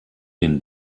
den